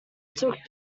took